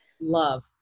love